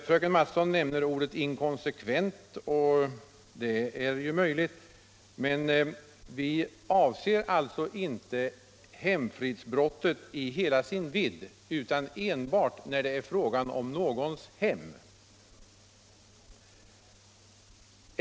Fröken Mattson nämner ordet inkonsekvent, men vi avser inte hemfridsbrott i hela dess vidd utan enbart när det är fråga om någons hem.